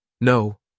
No